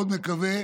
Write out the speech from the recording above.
מאוד מקווה,